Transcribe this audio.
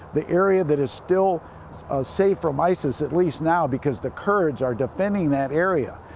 the area that is still safe from isis, at least now, because the kurds are defending that area.